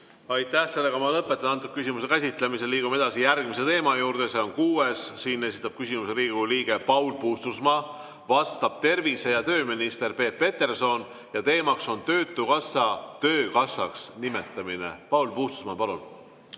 Aitäh! Ma lõpetan selle küsimuse käsitlemise. Liigume järgmise teema juurde, see on kuues. Küsimuse esitab Riigikogu liige Paul Puustusmaa, vastab tervise- ja tööminister Peep Peterson ja teema on töötukassa töökassaks nimetamine. Paul Puustusmaa, palun!